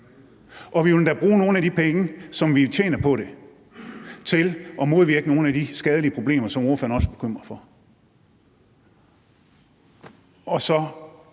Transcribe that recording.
og vi vil endda bruge nogle af de penge, som bliver tjent på det, til at modvirke nogle af de skadelige problemer, som ordføreren også er bekymret for,